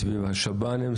סביב השב"נים,